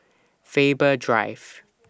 Faber Drive